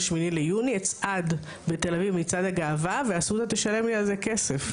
ב-8 ביוני אצעד בתל אביב במצעד הגאווה ואסותא תשלם לי על זה כסף.